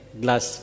glass